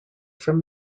from